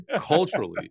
Culturally